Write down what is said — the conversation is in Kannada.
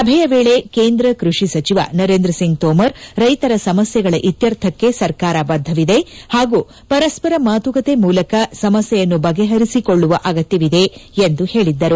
ಸಭೆಯ ವೇಳೆ ಕೇಂದ್ರ ಕೃಷಿ ಸಚಿವ ನರೇಂದ್ರಸಿಂಗ್ ತೋಮರ್ ರೈತರ ಸಮಸ್ಯೆಗಳ ಇತ್ಯರ್ಥಕ್ಕೆ ಸರ್ಕಾರ ಬದ್ದವಿದೆ ಹಾಗೂ ಪರಸ್ಪರ ಮಾತುಕತೆ ಮೂಲಕ ಸಮಸ್ಯೆಯನ್ನು ಬಗೆಹರಿಸಿಕೊಳ್ಳುವ ಅಗತ್ಯವಿದೆ ಎಂದು ಹೇಳಿದ್ದರು